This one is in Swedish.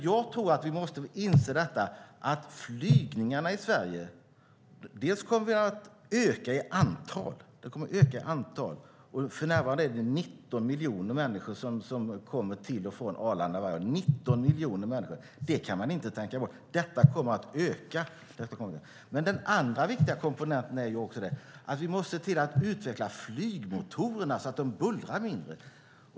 Jag tror att vi måste inse att flygningarna i Sverige kommer att öka i antal. För närvarande är det 19 miljoner människor som åker till och från Arlanda varje år. Det kan man inte tänka bort. Detta kommer att öka. Den andra viktiga komponenten är att vi måste se till att utveckla flygmotorerna så att de bullrar mindre.